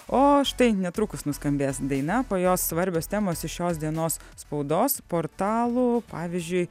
o štai netrukus nuskambės daina po jos svarbios temos iš šios dienos spaudos portalų pavyzdžiui